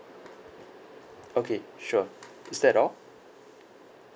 okay sure is that all